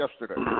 yesterday